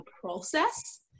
process